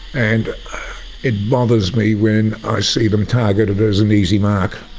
and it bothers me when i see them targeted as an easy mark,